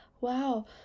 Wow